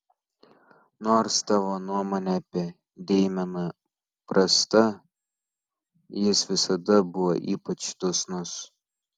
nors tavo nuomonė apie deimeną prasta jis visada buvo ypač dosnus